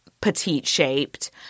petite-shaped